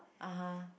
(uh huh)